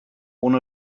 ohne